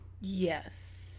Yes